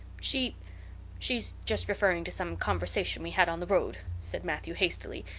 she she's just referring to some conversation we had on the road, said matthew hastily.